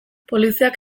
poliziak